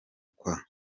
kwa